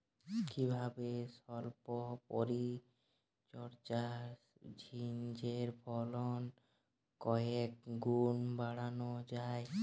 কিভাবে সল্প পরিচর্যায় ঝিঙ্গের ফলন কয়েক গুণ বাড়ানো যায়?